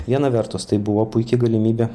viena vertus tai buvo puiki galimybė